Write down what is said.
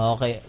Okay